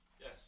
Yes